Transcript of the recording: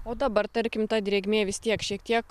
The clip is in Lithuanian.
o dabar tarkim ta drėgmė vis tiek šiek tiek